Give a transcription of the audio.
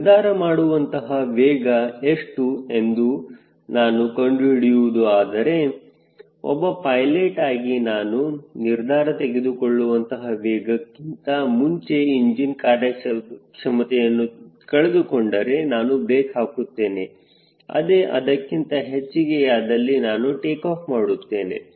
ನಿರ್ಧಾರ ಮಾಡುವಂತಹ ವೇಗ ಎಷ್ಟು ಎಂದು ನಾನು ಕಂಡುಹಿಡಿಯುವುದು ಆದರೆ ಒಬ್ಬ ಪೈಲೆಟ್ ಆಗಿ ನಾನು ನಿರ್ಧಾರ ತೆಗೆದುಕೊಳ್ಳುವಂತಹ ವೇಗಕ್ಕಿಂತ ಮುಂಚೆ ಇಂಜಿನ್ ಕಾರ್ಯಕ್ಷಮತೆಯನ್ನು ಕಳೆದುಕೊಂಡರೆ ನಾನು ಬ್ರೇಕ್ ಹಾಕುತ್ತೇನೆ ಅದೇ ಅದಕ್ಕಿಂತ ಹೆಚ್ಚಿಗೆ ಯಾದಲ್ಲಿ ನಾನು ಟೇಕಾಫ್ ಮಾಡುತ್ತೇನೆ